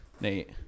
Nate